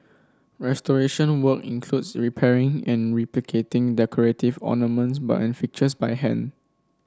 restoration work includes repairing and replicating decorative ornaments but fixtures by hand